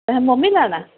तुसें मोमी लैना ऐं